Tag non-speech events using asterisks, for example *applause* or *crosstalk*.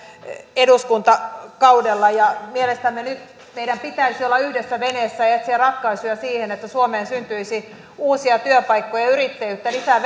eduskuntakaudella mielestämme nyt meidän pitäisi olla yhdessä veneessä ja etsiä ratkaisuja siihen että suomeen syntyisi uusia työpaikkoja ja yrittäjyyttä lisää *unintelligible*